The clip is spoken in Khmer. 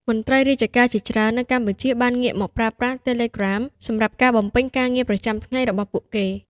មន្ត្រីរាជការជាច្រើននៅកម្ពុជាបានងាកមកប្រើប្រាស់ Telegram សម្រាប់ការបំពេញការងារប្រចាំថ្ងៃរបស់ពួកគេ។